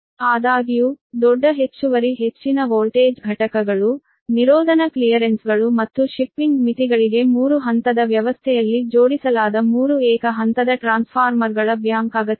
ಆದಾಗ್ಯೂ ದೊಡ್ಡ ಹೆಚ್ಚುವರಿ ಹೆಚ್ಚಿನ ವೋಲ್ಟೇಜ್ ಘಟಕಗಳು ನಿರೋಧನ ಕ್ಲಿಯರೆನ್ಸ್ಗಳು ಮತ್ತು ಶಿಪ್ಪಿಂಗ್ ಮಿತಿಗಳಿಗೆ 3 ಹಂತದ ವ್ಯವಸ್ಥೆಯಲ್ಲಿ ಜೋಡಿಸಲಾದ 3 ಏಕ ಹಂತದ ಟ್ರಾನ್ಸ್ಫಾರ್ಮರ್ಗಳ ಬ್ಯಾಂಕ್ ಅಗತ್ಯವಿದೆ